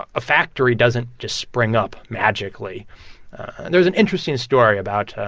ah a factory doesn't just spring up magically there's an interesting story about